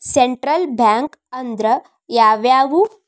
Central bank ಅಂದ್ರ ಯಾವ್ಯಾವು?